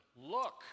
look